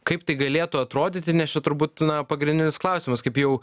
kaip tai galėtų atrodyti nes čia turbūt pagrindinis klausimas kaip jau